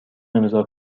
امضا